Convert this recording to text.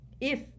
If